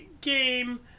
game